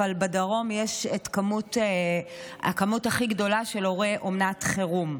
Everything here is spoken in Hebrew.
אבל בדרום יש הכמות הכי גדולה של הורי אומנת חירום.